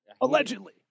Allegedly